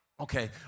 Okay